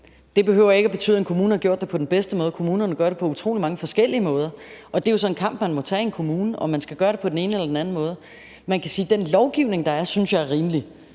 Det behøver ikke at betyde, at en kommune har gjort det på den bedste måde. Kommunerne gør det på utrolig mange forskellige måder, og det er jo så en kamp, man må tage i en kommune, altså om man skal gøre det på den ene eller den anden måde. Den lovgivning, der er, synes jeg man kan sige